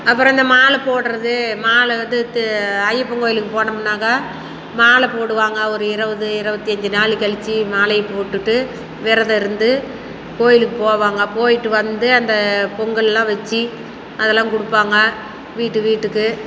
அப்புறம் இந்த மாலை போடுறது மாலை வந்து இது ஐயப்பன் கோயிலுக்கு போனமுனாக்கா மாலை போடுவாங்க ஒரு இருவது இருவத்தஞ்சி நாள் கழிச்சி மாலையை போட்டுட்டு விரதம் இருந்து கோயிலுக்கு போவாங்க போயிட்டு வந்து அந்த பொங்கல் எல்லாம் வச்சு அதெல்லாம் கொடுப்பாங்க வீட்டு வீட்டுக்கு